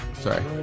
sorry